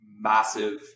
massive